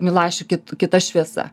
milašių kit kitą šviesa